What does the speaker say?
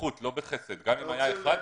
בזכות ולא בחסד, גם אם היה אחד.